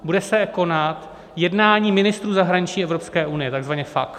Bude se konat jednání ministrů zahraničí Evropské unie, takzvaně FAC.